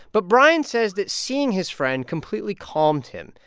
but brian says that seeing his friend completely calmed him.